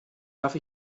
darf